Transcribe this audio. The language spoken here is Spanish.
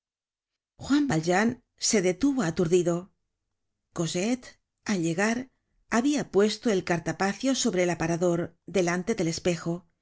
valjean se detuvo aturdido cosette al llegar habia puesto el cartapacio sobre el aparador delante del espejo y